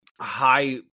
high